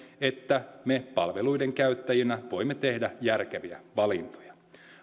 että me palveluiden käyttäjinä voimme tehdä järkeviä valintoja